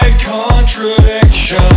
contradiction